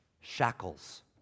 shackles